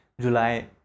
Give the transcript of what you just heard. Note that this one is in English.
July